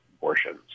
abortions